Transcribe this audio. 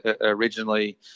originally